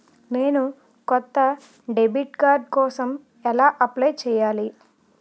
నేను కొత్త debit card కోసం ఎలా అప్లయ్ చేయాలి?